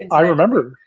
i remember.